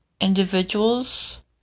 individuals